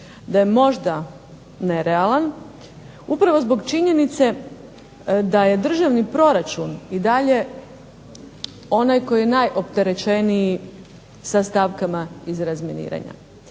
da je možda nerealan, upravo zbog činjenice da je državni proračun i dalje onaj koji je najopterećeniji sa stavkama iz razminiranja.